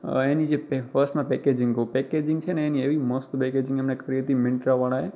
અહીંની જે ફર્સ્ટમાં પૅકેજિંગ કહું પૅકેજિંગ છે ને એની એવી મસ્ત બેગેજિંંગ એમણે કરી હતી મિન્ટ્રાવાળાએ